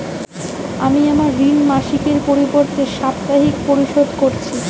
আমি আমার ঋণ মাসিকের পরিবর্তে সাপ্তাহিক পরিশোধ করছি